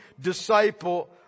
disciple